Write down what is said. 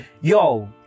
yo